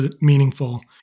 meaningful